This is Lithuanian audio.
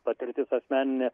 patirti asmeninė